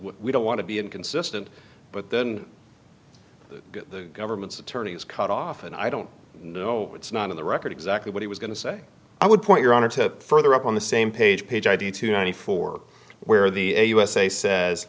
we don't want to be inconsistent but then the government's attorneys cut off and i don't know it's not on the record exactly what he was going to say i would point your honor to further up on the same page page idea to ninety four where the a u s a says